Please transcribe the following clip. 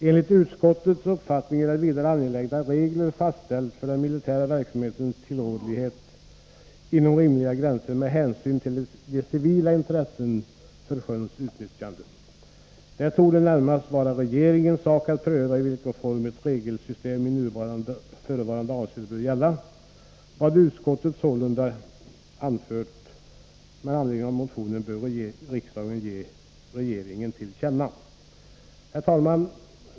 Enligt utskottets uppfattning är det vidare angeläget att regler fastställs för den militära verksamhetens tillåtlighet inom rimliga gränser med hänsyn till de olika civila intressena för sjöns utnyttjande och till sjömiljön. Det torde närmast vara regeringens sak att pröva i vilken form ett regelsystem i förevarande avseende bör gälla. Vad utskottet sålunda anfört med anledning av motionen bör riksdagen som sin mening ge regeringen till känna.” Herr talman!